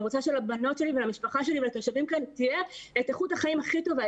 אני רוצה לבנות שלי ולתושבים כאן תהיה איכות החיים הכי טובה.